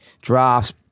drafts